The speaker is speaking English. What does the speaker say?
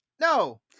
No